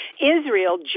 Israel